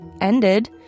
ended